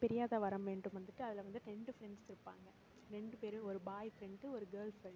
பிரியாத வரம் வேண்டும் வந்துட்டு அதில் வந்து ரெண்டு ஃப்ரெண்ட்ஸ் இருப்பாங்க ரெண்டு பேரும் ஒரு பாய் ஃப்ரெண்டு ஒரு கேர்ள் ஃப்ரெண்டு